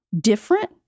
Different